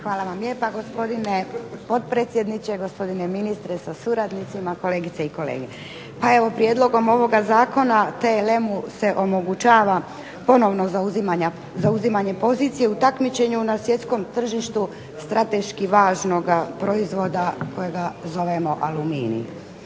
Hvala vam lijepa gospodine potpredsjedniče, gospodine ministre sa suradnicima, kolegice i kolege. Pa evo prijedlogom ovoga Zakona TLM-u se omogućava ponovno zauzimanje pozicije u takmičenju na svjetskom tržištu strateški važnoga proizvoda kojega zovemo aluminij.